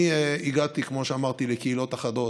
אני הגעתי, כמו שאמרתי, לקהילות אחדות.